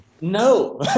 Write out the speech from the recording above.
No